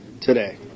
today